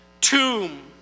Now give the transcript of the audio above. Tomb